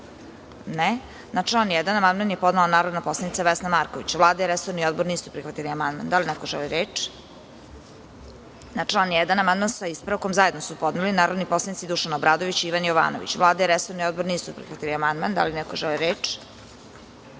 (Ne)Na član 1. amandman je podnela narodna poslanica Vesna Marković. Vlada i resorni odbor nisu prihvatili amandman. Da li neko želi reč? (Ne)Na član 1. amandman, sa ispravkom, zajedno su podneli narodni poslanici Dušan Obradović i Ivan Jovanović. Vlada i resorni odbor nisu prihvatili amandman. Da li neko želi reč?